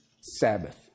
Sabbath